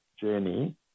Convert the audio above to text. journey